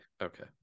okay